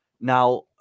Now